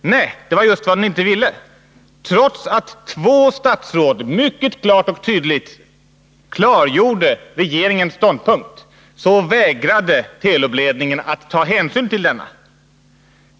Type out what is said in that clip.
Nej, det var just vad den inte ville. Trots att två statsråd mycket tydligt klargjorde regeringens ståndpunkt, vägrade Telub-ledningen att ta hänsyn till denna.